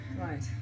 Right